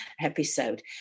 episode